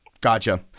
Gotcha